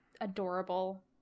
adorable